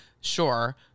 Sure